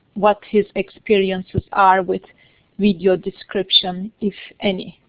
what his experiences are with video description, if any.